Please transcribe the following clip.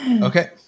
Okay